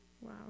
Wow